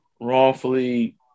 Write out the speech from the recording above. wrongfully